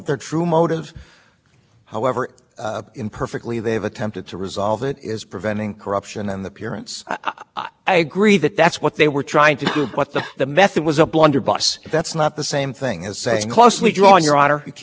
saying they're putative motive their stated motive as if you don't believe that that was really what their motive was you don't actually think there's a suspicious invidious motive here do you know i agree that they were trying to stamp out corruption the question is whether the first